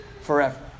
forever